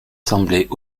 semblaient